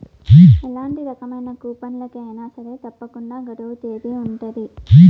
ఎలాంటి రకమైన కూపన్లకి అయినా సరే తప్పకుండా గడువు తేదీ ఉంటది